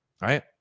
Right